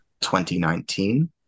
2019